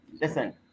Listen